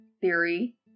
theory